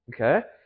Okay